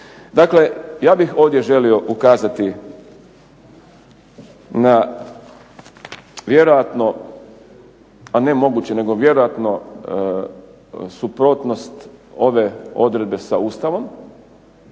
Dakle, ja bih ovdje želio ukazati na vjerojatno a ne moguće, nego vjerojatno suprotnost ove odredbe sa Ustavom.